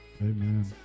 Amen